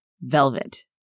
velvet